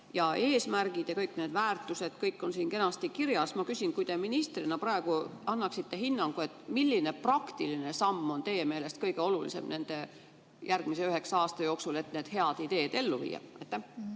ja eesmärgid, kõik väärtused, on siin kenasti kirjas. Kui te ministrina praegu annaksite hinnangu, siis milline praktiline samm on teie meelest kõige olulisem järgmise üheksa aasta jooksul, et need head ideed ellu viia?